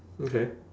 okay